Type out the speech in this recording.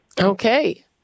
Okay